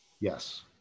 Yes